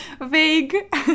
vague